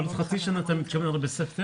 בעוד חצי שנה אתה מתכוון בספטמבר?